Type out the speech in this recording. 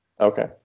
Okay